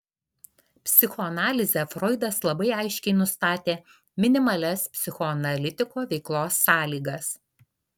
psichoanalize froidas labai aiškiai nustatė minimalias psichoanalitiko veiklos sąlygas